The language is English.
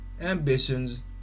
ambitions